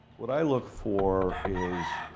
what i look for is